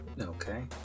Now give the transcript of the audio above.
okay